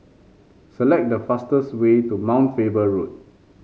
select the fastest way to Mount Faber Road